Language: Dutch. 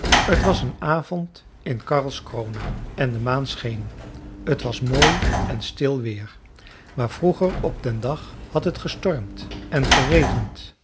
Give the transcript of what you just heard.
t was een avond in karlskrona en de maan scheen t was mooi en stil weer maar vroeger op den dag had het gestormd en geregend